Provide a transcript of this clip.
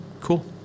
Cool